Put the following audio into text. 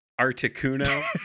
Articuno